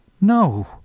No